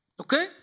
Okay